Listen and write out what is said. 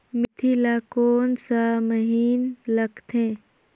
मेंथी ला कोन सा महीन लगथे?